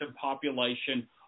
population